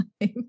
time